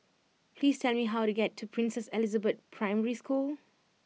please tell me how to get to Princess Elizabeth Primary School